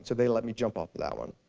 so they let me jump off of that one.